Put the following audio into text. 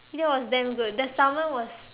that was damn good the Salmon was